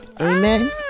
Amen